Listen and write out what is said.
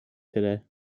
today